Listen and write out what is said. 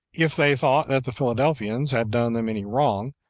if they thought that the philadelphians had done them any wrong,